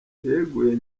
yeguye